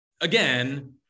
again